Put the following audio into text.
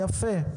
יפה,